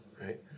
right